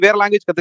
language